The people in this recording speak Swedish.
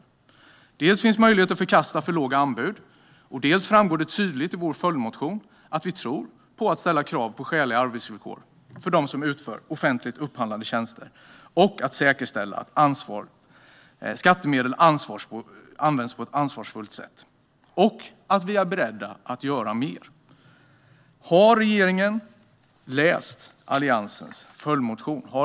Dels finns det en möjlighet att förkasta för låga anbud, dels framgår det tydligt i vår följdmotion att vi tror på att ställa krav på skäliga arbetsvillkor för dem som utför offentligt upphandlade tjänster och att säkerställa att skattemedel används på ett ansvarsfullt sätt. Vi är dessutom beredda att göra mer. Har regeringssidan läst Alliansens följdmotion?